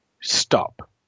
stop